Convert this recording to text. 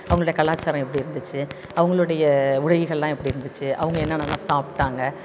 அவங்களுடைய கலாச்சாரம் எப்படி இருந்துச்சு அவங்களுடைய உடைகள் எல்லாம் எப்படி இருந்துச்சு அவங்க என்னென்னலாம் சாப்பிட்டாங்க